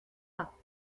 pas